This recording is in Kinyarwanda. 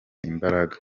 imbaraga